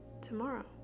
tomorrow